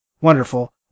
wonderful